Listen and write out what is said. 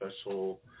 special